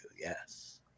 Yes